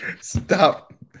Stop